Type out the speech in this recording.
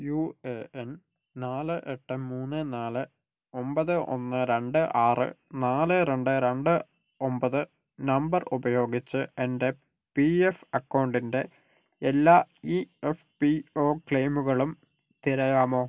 U A N നാല് എട്ട് മൂന്ന് നാല് ഒമ്പത് ഒന്ന് രണ്ട് ആറ് നാല് രണ്ട് രണ്ട് ഒമ്പത് നമ്പർ ഉപയോഗിച്ച് എൻ്റെ പി എഫ് അക്കൗണ്ടിൻ്റെ എല്ലാ ഇ എഫ് പി ഓ ക്ലെയിമുകളും തിരയാമോ